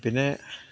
പിന്നെ